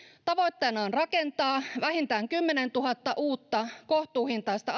tavoitteena on rakentaa vuosittain vähintään kymmenentuhatta uutta kohtuuhintaista